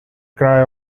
cry